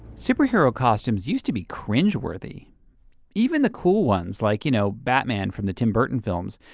superhero costumes used to be cringe worthy even the cool ones, like you know, batman from the tim burton films.